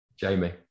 Jamie